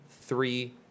three